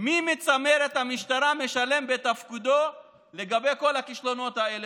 מי מצמרת המשטרה משלם בתפקידו בגלל כל הכישלונות האלה?